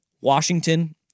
Washington